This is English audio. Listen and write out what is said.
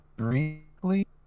Briefly